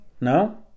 No